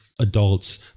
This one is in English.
adults